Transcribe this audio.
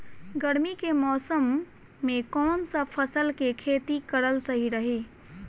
गर्मी के मौषम मे कौन सा फसल के खेती करल सही रही?